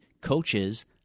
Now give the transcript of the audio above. coaches